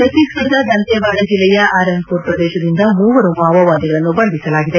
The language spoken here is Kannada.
ಛತ್ತೀಸ್ಗಢದ ದಂತೇವಾದ ಜಿಲ್ಲೆಯ ಅರನ್ಪುರ್ ಪ್ರದೇಶದಿಂದ ಮೂವರು ಮಾವೋವಾದಿಗಳನ್ನು ಬಂಧಿಸಲಾಗಿದೆ